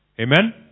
Amen